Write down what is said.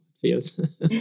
feels